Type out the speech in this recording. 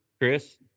Chris